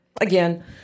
again